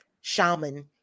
shaman